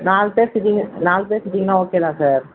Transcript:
நாலு பேர் சீட்டிங்கு நாலு பேர் சீட்டிங்னா ஓகே தான் சார்